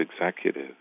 executive